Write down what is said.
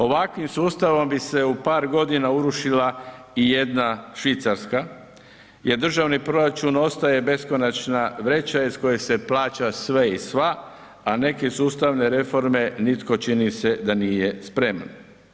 Ovakvim sustavom bi se u par godina urušila i jedna Švicarska jer državni proračun ostaje beskonačna vreća iz koje se plaća sve i sva a neke sustavne reforme nitko čini se da nije spreman.